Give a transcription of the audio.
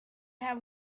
have